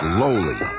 Slowly